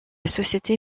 société